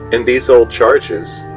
in these old charges,